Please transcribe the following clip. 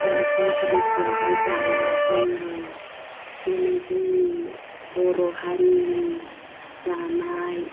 संक्रान्तिआवहाय जायो जोङो बेनो जोंनि बर' हारिनि जानाय